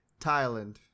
Thailand